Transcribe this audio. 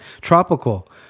tropical